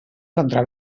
contra